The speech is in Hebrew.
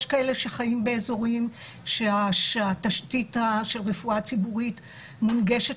יש כאלה שחיים באזורים שהתשתית של הרפואה הציבורית מונגשת